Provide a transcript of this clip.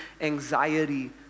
anxiety